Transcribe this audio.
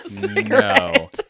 No